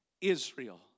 Israel